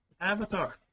avatar